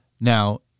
now